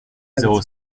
zéro